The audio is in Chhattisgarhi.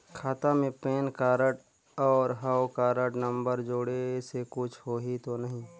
खाता मे पैन कारड और हव कारड नंबर जोड़े से कुछ होही तो नइ?